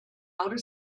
outer